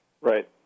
Right